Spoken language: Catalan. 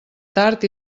tard